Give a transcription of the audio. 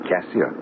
Cassia